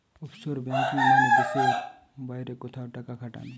offshore banking মানে দেশের বাইরে কোথাও টাকা খাটানো